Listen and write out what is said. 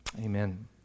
amen